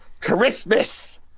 Christmas